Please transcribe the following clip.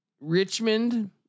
Richmond